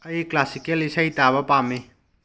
ꯑꯩ ꯀ꯭ꯂꯥꯁꯤꯀꯦꯜ ꯏꯁꯩ ꯇꯥꯕ ꯄꯥꯝꯃꯤ